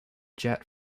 jet